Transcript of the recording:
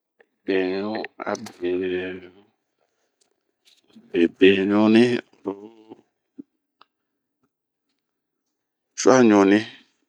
Beɲu a be beɲuni, oroh cuaɲuni.